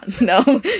no